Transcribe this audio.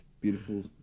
beautiful